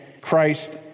Christ